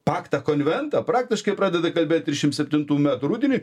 paktą konventą praktiškai pradeda kalbėti trisdešimt septintų metų rudenį